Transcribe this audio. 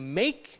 make